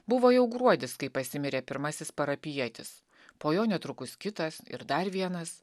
buvo jau gruodis kai pasimirė pirmasis parapijietis po jo netrukus kitas ir dar vienas